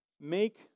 make